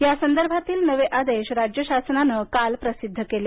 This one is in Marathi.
या संदर्भातील नवे आदेश राज्य शासनानं काल प्रसिद्ध केले